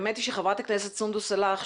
האמת היא שחברת הכנסת סונדוס סאלח,